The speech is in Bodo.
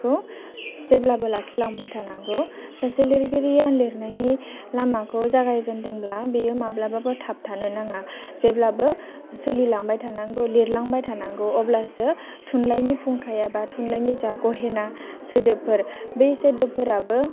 खौ जेब्लाबो लाखिलांबाय थानांगौ सासे लिरगिरिया लिरनायनि लामाखौ जागायजेनदोंब्ला बेयो माब्लाबाबो थाबथानो नाङा जेब्लाबो सोलिलांबाय थानांगौ लिरलांबाय थानांगौ अब्लासो थुनलाइनि फुंखाया बा थुनलाइनि जा गहेना सोदोबफोर बे सोदोबफोराबो